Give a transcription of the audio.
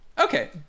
Okay